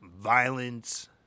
violence